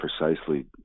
precisely